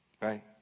right